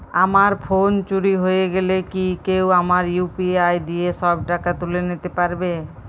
আমার ফোন চুরি হয়ে গেলে কি কেউ আমার ইউ.পি.আই দিয়ে সব টাকা তুলে নিতে পারবে?